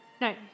No